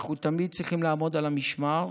אנחנו תמיד צריכים לעמוד על המשמר.